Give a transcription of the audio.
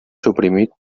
suprimit